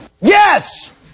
Yes